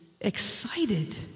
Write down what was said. excited